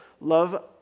Love